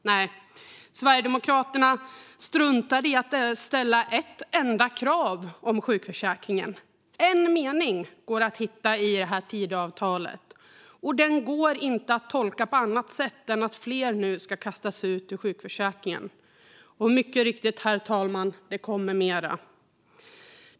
Nej, Sverigedemokraterna struntade i att ställa ett enda krav om sjukförsäkringen. En enda mening går att hitta i Tidöavtalet, och den går inte att tolka på annat sätt än att fler nu ska kastas ut ur sjukförsäkringen. Mycket riktigt, herr talman - det kommer mer.